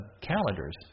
calendars